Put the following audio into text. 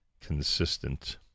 consistent